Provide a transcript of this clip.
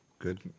Good